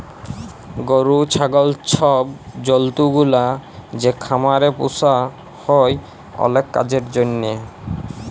গরু, ছাগল ছব জল্তুগুলা যে খামারে পুসা হ্যয় অলেক কাজের জ্যনহে